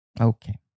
Okay